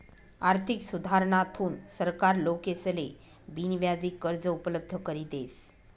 आर्थिक सुधारणाथून सरकार लोकेसले बिनव्याजी कर्ज उपलब्ध करी देस